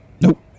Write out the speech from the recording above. nope